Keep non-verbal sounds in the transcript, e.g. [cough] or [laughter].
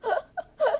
[laughs]